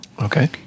Okay